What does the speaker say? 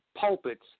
pulpits